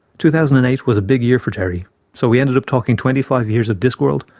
two thousand and eight was a big year for terry so we ended up talking twenty five years of discworld,